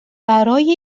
برای